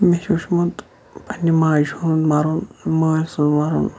مےٚ چھُ وٕچھمُت پَننہِ ماجہِ ہُنٛد مَرُن مٲلۍ سُنٛد مَرُن